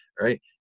right